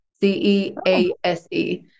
C-E-A-S-E